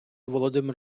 володимир